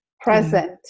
present